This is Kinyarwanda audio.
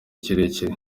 kirekire